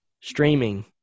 Streaming